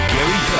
Gary